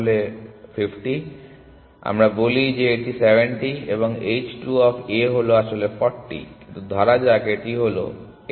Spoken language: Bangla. সুতরাং আমরা বলি এটি 70 এবং h 2 অফ A হলো আসলে 40 কিন্তু ধরা যাক এটি হলো 80